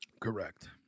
Correct